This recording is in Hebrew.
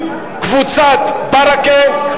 קבוצת ברכה,